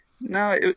No